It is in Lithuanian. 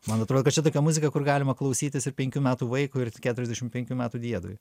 man atrodo kad čia tokia muzika kur galima klausytis ir penkių metų vaikui ir keturiasdešim penkių metų diedui